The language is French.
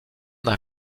d’un